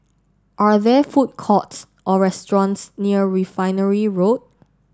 are there food courts or restaurants near Refinery Road